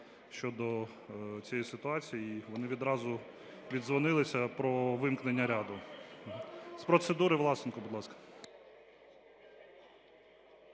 щодо цієї ситуації, вони відразу віддзвонилися про вимкнення "Ради". З процедури – Власенко, будь ласка.